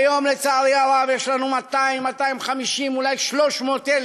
היום, לצערי הרב, יש לנו 250,000, ואולי 300,000,